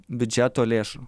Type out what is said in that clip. biudžeto lėšų